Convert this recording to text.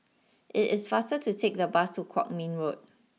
it is faster to take the bus to Kwong Min Road